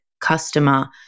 customer